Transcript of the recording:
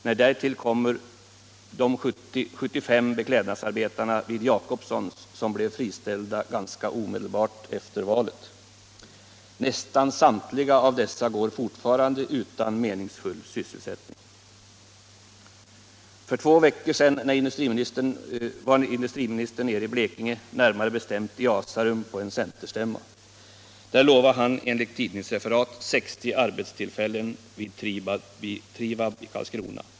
Nej, därtill kommer de 70-75 beklädnadsarbetarna vid Jacobsons, som blev friställda ganska omedelbart efter valet. Nästan samtliga av dessa går fortfarande utan meningsfull sysselsättning. För två veckor sedan var industriministern nere i Blekinge, närmare bestämt i Asarum, på en centerstämma. Där lovade han då enligt tidningsreferat 60 arbetstillfällen vid Trivab i Karlskrona.